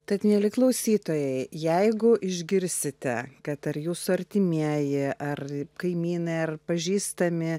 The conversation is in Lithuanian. tad mieli klausytojai jeigu išgirsite kad ar jūsų artimieji ar kaimynai ar pažįstami